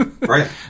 Right